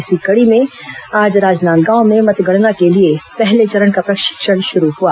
इसी कड़ी में आज राजनांदगांव में मतगणना के लिए पहले चरण का प्रशिक्षण शुरू हआ